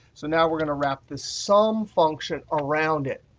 so now we're going to wrap the sum function around it.